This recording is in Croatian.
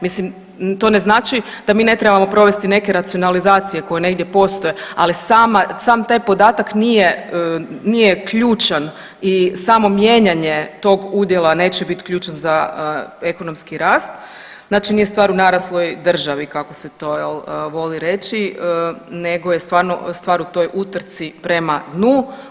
Mislim, to ne znači da mi ne trebamo provesti neke racionalizacije koje negdje postoje, ali sama, sam taj podatak nije, nije ključan i samo mijenjanje tog udjela neće bit ključan za ekonomski rast, znači nije stvar u narasloj državi kako se to jel voli reći nego je stvarno stvar u toj utrci prema dnu.